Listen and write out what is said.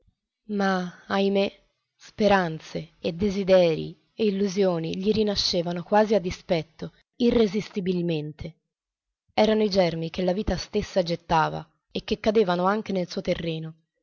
ma ahimè speranze e desiderii e illusioni gli rinascevano quasi a dispetto irresistibilmente erano i germi che la vita stessa gettava e che cadevano anche nel suo terreno